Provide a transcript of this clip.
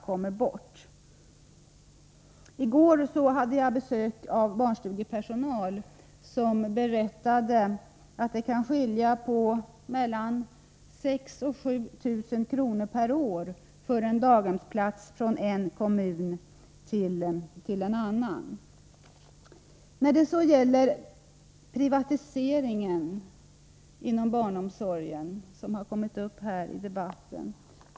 I går hade jag besök av barnstugepersonal som berättade att kostnaderna för en daghemsplats kan skilja på mellan 6 000 kr. och 7 000 kr. per år mellan en kommun och en annan. Privatiseringen inom barnomsorgen har berörts här i debatten.